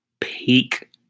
Peak